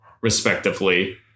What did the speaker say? respectively